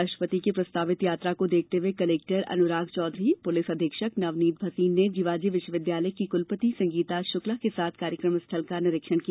राष्ट्रपति की प्रस्तावित यात्रा को देखते हुए कलेक्टर अनुराग चौधरी पुलिस अधीक्षक नवनीत भसीन ने जीवाजी विश्वविद्यालय की कुलपति संगीता शुक्ला के साथ कार्यक्रम स्थल का निरीक्षण किया